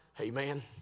Amen